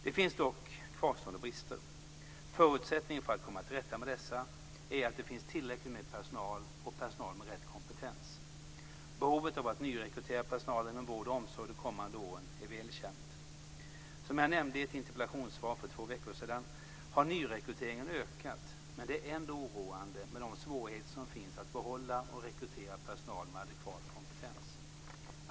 Det finns dock kvarstående brister. Förutsättningen för att komma till rätta med dessa är att det finns tillräckligt med personal och personal med rätt kompetens. Behovet av att nyrekrytera personal inom vård och omsorg de kommande åren är väl känt. Som jag nämnde i ett interpellationssvar för två veckor sedan har nyrekryteringarna ökat, men det är ändå oroande med de svårigheter som finns att behålla och rekrytera personal med adekvat kompetens.